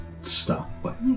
stop